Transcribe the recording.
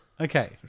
Okay